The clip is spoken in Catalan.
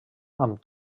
amb